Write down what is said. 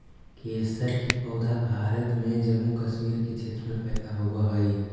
केसर के पौधा भारत में जम्मू कश्मीर के क्षेत्र में पैदा होवऽ हई